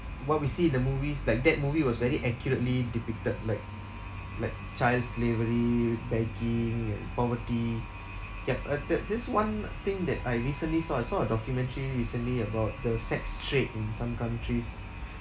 what we see in the movies like that movie was very accurately depicted like like child slavery begging and poverty yup uh the there's one thing that I recently saw I saw a documentary recently about the sex trade in some countries